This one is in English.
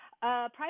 Private